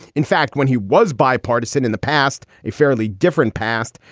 in fact, when he was bipartisan in the past, a fairly different past.